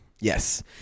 Yes